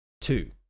Two